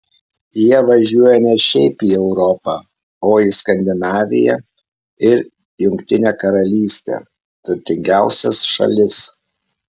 jie važiuoja ne šiaip į europą o į skandinaviją ir jungtinę karalystę turtingiausias šalis